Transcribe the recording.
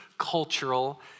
cultural